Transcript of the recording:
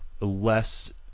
less